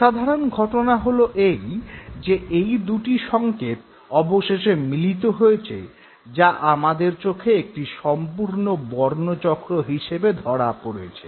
অসাধারণ ঘটনা হল এই যে এই দু'টি সঙ্কেত অবশেষে মিলিত হয়েছে যা আমাদের চোখে একটি সম্পূর্ণ বর্ণচক্র হিসেবে ধরা পড়েছে